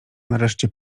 nareszcie